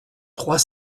trois